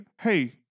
Hey